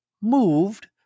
moved